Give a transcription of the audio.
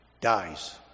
dies